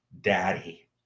Daddy